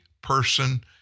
person